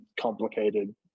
complicated